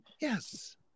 Yes